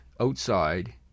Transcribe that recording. outside